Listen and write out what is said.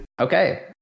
Okay